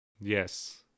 Yes